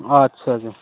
अच्छा